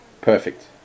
perfect